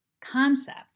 concept